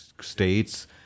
states